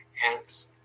Hence